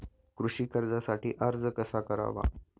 कृषी कर्जासाठी अर्ज कसा करावा?